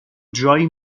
جایی